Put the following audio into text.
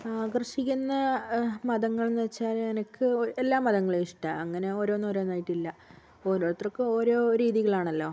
ആകർഷിക്കുന്ന മതങ്ങൾ എന്നുവെച്ചാല് എനിക്ക് എല്ലാ മതങ്ങളേയും ഇഷ്ടമാണ് അങ്ങനെ ഓരോന്നോരോന്നായിട്ടില്ല ഒരോർത്തക്കും ഓരോ രീതികളാണല്ലോ